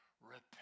repent